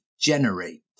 Generate